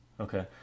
Okay